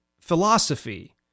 philosophy